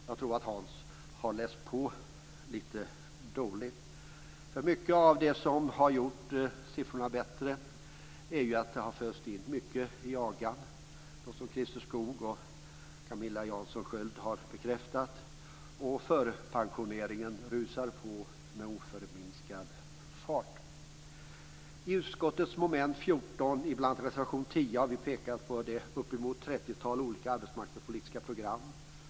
Jag tror att Hans har läst på lite dåligt. Att siffrorna har blivit bättre beror ju till stor del på det som har fösts in i AGA:n, något som Christer Skoog och Camilla Sköld Jansson har bekräftat. Förtidspensioneringen rusar också på med oförminskad fart. När det gäller utskottets mom. 14 har vi, bl.a. i reservation 10, pekat på de uppemot 30 olika arbetsmarknadspolitiska programmen.